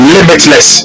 Limitless